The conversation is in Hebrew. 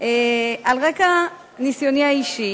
על רקע ניסיוני האישי,